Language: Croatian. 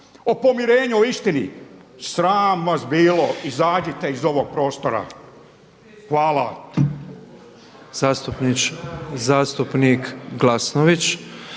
o pomirenju, o istini sram vas bilo, izađite iz ovog prostora. Hvala.